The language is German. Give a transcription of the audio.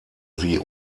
sie